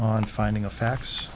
on finding a fax